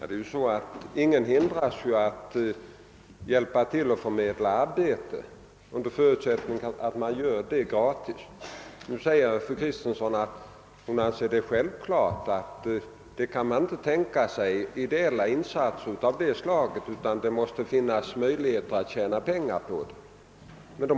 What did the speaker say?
Herr talman! Ingen hindras ju att hjälpa till att förmedla arbete under förutsättning att det görs gratis. Fru Kristensson säger emellertid att hon anser det självklart att man inte kan tänka sig ideella insatser av detta slag, utan att det måste finnas möjligheter att tjäna pengar på det.